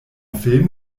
film